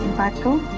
possible?